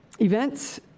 events